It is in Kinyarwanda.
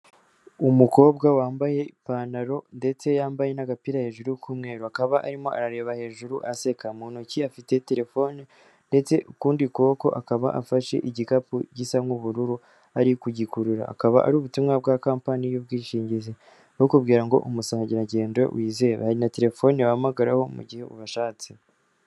Umukobwa wambaye ipantaro ndetse yambaye n'agapira hejuru k'umweru, akaba arimo arareba hejuru aseka, mu ntoki afite terefone ndetse ukundi kuboko akaba afashe igikapu gisa nk'ubururu ari kugikurura, akaba ari ubutumwa bwa kampani y'ubwishingizi, bukubwira ngo umusangirangendo wizewe, hari na terefone wahamagaraho mu gihe ubashatse.